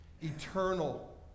eternal